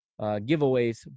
giveaways